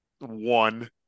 one